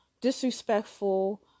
disrespectful